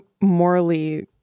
morally